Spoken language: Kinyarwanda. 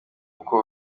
uko